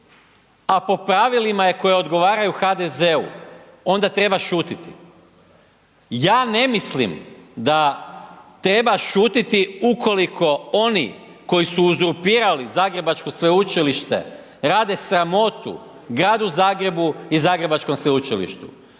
a po pravilima je koja odgovaraju HDZ-u, onda treba šutiti. Ja ne mislim da treba šutiti ukoliko oni koji su uzurpirali Zagrebačko Sveučilište rade sramotu Gradu Zagrebu i Zagrebačkom Sveučilištu.